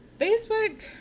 facebook